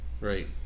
right